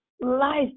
life